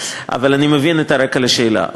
אבל אני מבין את הרקע לשאלה.